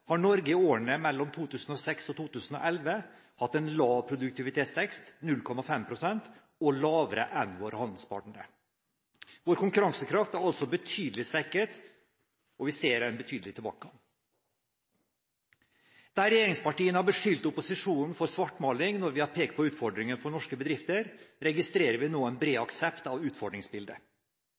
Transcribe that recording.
har Norge i årene mellom 2006 og 2011 hatt en lav produktivitetsvekst, 0,5 pst., og lavere enn hos våre handelspartnere. Vår konkurransekraft er altså betydelig svekket, og vi ser en betydelig tilbakegang. Der regjeringspartiene har beskyldt opposisjonen for svartmaling når vi har pekt på utfordringene for norske bedrifter, registrerer vi nå en bred aksept av utfordringsbildet.